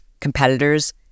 competitors